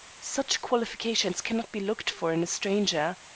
such qualifications cannot be looked for in a stranger.